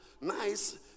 nice